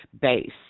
base